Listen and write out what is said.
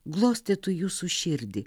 glostytų jūsų širdį